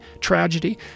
tragedy